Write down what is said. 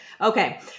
Okay